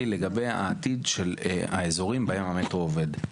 לגבי העתיד של האזורים שבהם המטרו עובד.